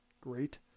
great